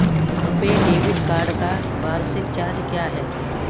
RuPay debit card का वार्षिक charge क्या है?